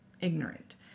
ignorant